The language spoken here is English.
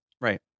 Right